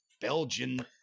Belgian